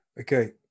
Okay